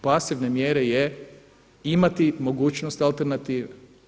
Pasivne mjere su imati mogućnost alternative.